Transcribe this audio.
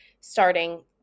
starting